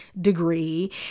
degree